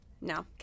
No